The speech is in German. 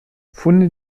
funde